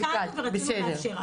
הקלנו ורצינו לאפשר,